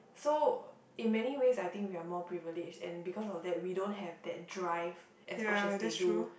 so in many ways I think we are more privileged and because of that we don't have that drive as much as they do